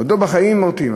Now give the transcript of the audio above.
בעודו בחיים מורטים.